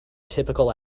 typical